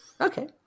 Okay